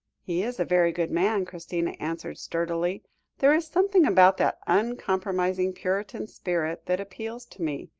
he is a very good man, christina answered sturdily there is something about that uncompromising puritan spirit that appeals to me.